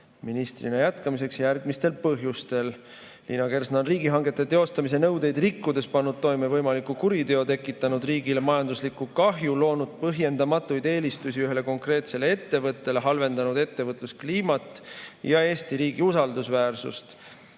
ministrina jätkamiseks järgmistel põhjustel. Liina Kersna on riigihangete teostamise nõudeid rikkudes pannud toime võimaliku kuriteo, tekitanud riigile majanduslikku kahju, loonud põhjendamatuid eelistusi ühele konkreetsele ettevõttele, halvendanud ettevõtluskliimat ja Eesti riigi usaldusväärsust.